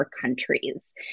countries